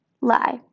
lie